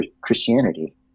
Christianity